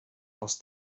els